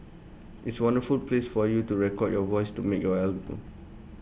it's wonderful place for you to record your voice to make your album